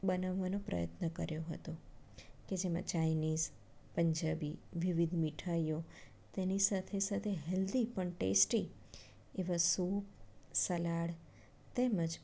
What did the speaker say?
બનાવવાનો પ્રયત્ન કર્યો હતો પછી મેં ચાઇનીઝ પંજાબી વિવિધ મીઠાઈઓ તેની સાથે સાથે હેલ્ધી પણ ટેસ્ટી એવા સૂપ સલાડ તેમજ